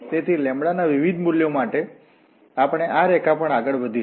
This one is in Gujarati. તેથી λ ના વિવિધ મૂલ્યો માટે અમે આ રેખા પર આગળ વધીશું